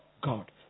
God